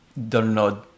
download